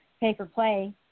pay-for-play